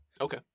Okay